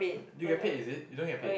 you get paid is it you don't get paid